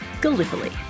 Gallipoli